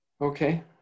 Okay